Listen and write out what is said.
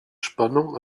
spannung